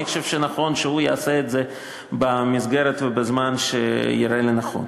אני חושב שנכון שהוא יעשה את זה במסגרת ובזמן שיראה לנכון.